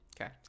Okay